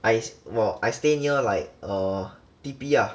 I 我 I stay near like err T_P ah